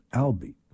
Albi